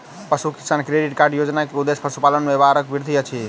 पशु किसान credit card योजना के उद्देश्य पशुपालन व्यापारक वृद्धि अछि